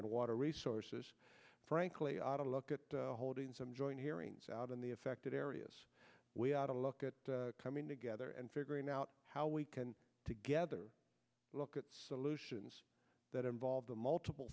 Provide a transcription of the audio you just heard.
on water resources frankly i'd look at holding some joint hearings out in the affected areas we ought to look at coming together and figuring out how we can together look at solutions that involve the multiple